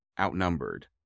outnumbered